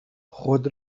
خود